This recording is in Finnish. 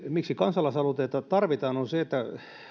miksi kansalaisaloitteita tarvitaan on se että